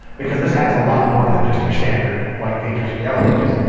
because this has a lot more than just your standard whitepages or yellow pages.